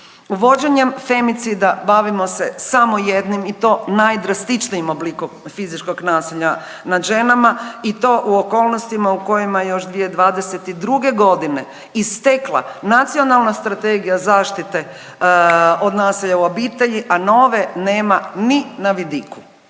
Uvođenjem femicida bavimo se samo jednim i to najdrastičnijim oblikom fizičkog nasilja nad ženama i to u okolnostima u kojima je još 2022. godine istekla Nacionalna strategija zaštite od nasilja u obitelji, a nove nema ni na vidiku.